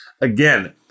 Again